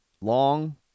long